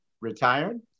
retired